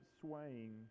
swaying